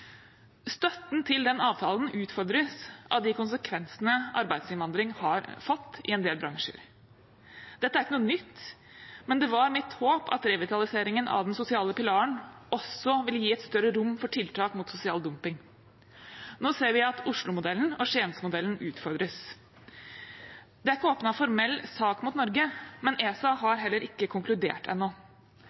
Støtten til den avtalen utfordres av konsekvensene arbeidsinnvandring har fått i en del bransjer. Dette er ikke noe nytt, men det var mitt håp at revitaliseringen av den sosiale pilaren også ville gi et større rom for tiltak mot sosial dumping. Nå ser vi at Oslomodellen og Skiensmodellen utfordres. Det er ikke åpnet formell sak mot Norge, men ESA har heller ikke konkludert ennå.